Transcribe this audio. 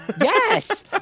Yes